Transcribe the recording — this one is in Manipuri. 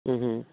ꯎꯝꯍꯨꯝ